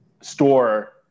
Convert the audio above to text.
store